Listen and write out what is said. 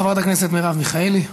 חברת הכנסת מרב מיכאלי.